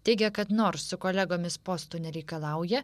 teigė kad nors su kolegomis postų nereikalauja